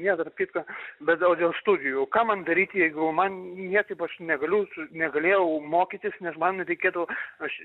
jo tarp kitko bet o dėl studijų ką man daryti jeigu man niekaip aš negaliu negalėjau mokytis nes man reikėtų aš